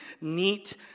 neat